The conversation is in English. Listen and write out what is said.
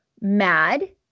mad